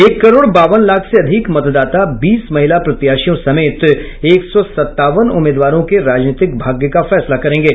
एक करोड़ बावन लाख से अधिक मतदाता बीस महिला प्रत्याशियों समेत एक सौ सतावन उम्मीदवारों के राजनीतिक भाग्य का फैसला करेंगे